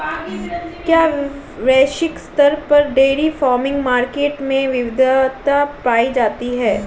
क्या वैश्विक स्तर पर डेयरी फार्मिंग मार्केट में विविधता पाई जाती है?